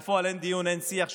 בפועל, אין דיון, אין שיח.